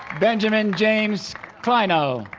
benjamin james kleinau